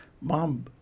mom